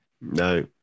No